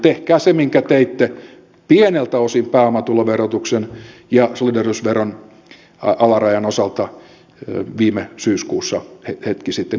tehkää se minkä teitte pieneltä osin pääomatuloverotuksen ja solidaarisuusveron alarajan osalta viime syyskuussa hetki sitten